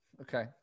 Okay